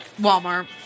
Walmart